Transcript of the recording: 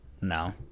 No